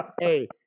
Hey